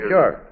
Sure